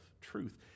truth